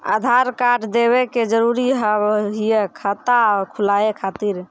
आधार कार्ड देवे के जरूरी हाव हई खाता खुलाए खातिर?